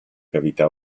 cavità